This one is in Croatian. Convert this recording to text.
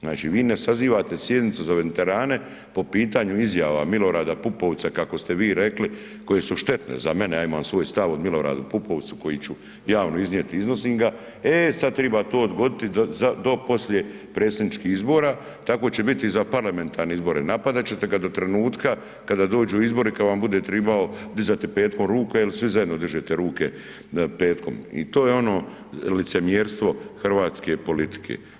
Znači vi ne sazivate sjednicu za veterane po pitanju izjava Milorada Pupovca kako ste vi rekli koje su štetne, za mene, ja imam svoj stav o Miloradu Pupovcu koji ću javno iznijeti i iznosim ga, e sad treba to odgoditi do poslije predsjedničkih izbora, tako će biti za parlamentarne izbore, napadat ćete ga do trenutka kada dođu izbori, kada vam bude trebao dizati petkom ruke jer svi zajedno dižete ruke petkom i to je ono licemjerstvo hrvatske politike.